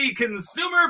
consumer